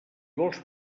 vols